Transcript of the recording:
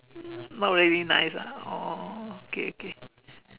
not really nice ah oh okay okay